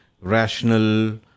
rational